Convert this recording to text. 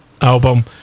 album